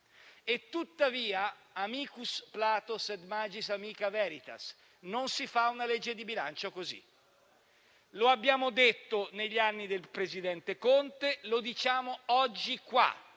Tuttavia, *amicus Plato, sed magis amica veritas*: non si fa una legge di bilancio così. Lo abbiamo detto negli anni del presidente Conte e lo diciamo oggi qua.